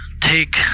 Take